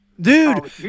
Dude